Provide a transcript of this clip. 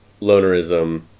Lonerism